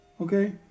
Okay